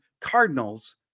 Cardinals